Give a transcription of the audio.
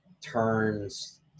turns